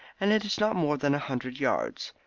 and it is not more than a hundred yards.